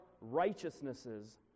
righteousnesses